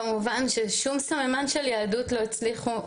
כמובן ששום סממן של יהדות לא הצליחו.